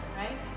right